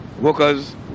workers